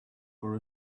for